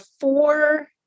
four